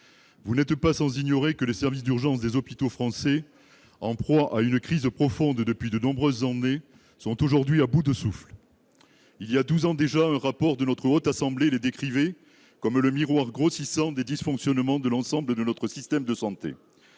vous n'êtes pas sans savoir que les services d'urgence des hôpitaux français, en proie à une crise profonde depuis de nombreuses années, sont aujourd'hui à bout de souffle. Il y a douze ans déjà, un rapport de notre Haute Assemblée les décrivait comme le « miroir grossissant des dysfonctionnements de l'ensemble de notre système de santé